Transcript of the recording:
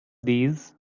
these